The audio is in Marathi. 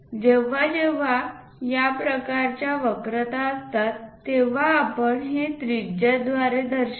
जेव्हा जेव्हा या प्रकारच्या वक्रता असतात तेव्हा आपण हे त्रिज्याद्वारे दर्शवितो